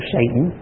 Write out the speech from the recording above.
Satan